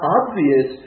obvious